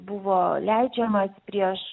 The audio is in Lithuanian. buvo leidžiamas prieš